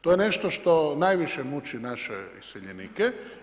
To je nešto što najviše muči naše iseljenike.